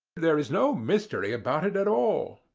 there is no mystery about it at all.